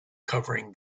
covering